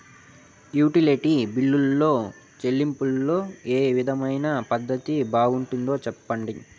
Utility బిల్లులో చెల్లింపులో ఏ విధమైన పద్దతి బాగుంటుందో సెప్పండి?